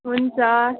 हुन्छ